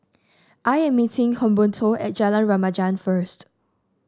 I am meeting Humberto at Jalan Remaja first